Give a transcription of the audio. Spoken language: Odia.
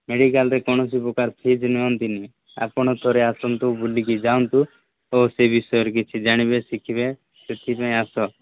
ମେଡ଼ିକାଲରେ କୌଣସି ପ୍ରକାର ଫିସ୍ ନିଅନ୍ତିନି ଆପଣ ଥରେ ଆସନ୍ତୁ ବୁଲିକି ଯାଆନ୍ତୁ ତ ଓ ସେ ବିଷୟରେ କିଛି ଜାଣିବେ ଶିଖିବେ ସେଥିପାଇଁ ଆସ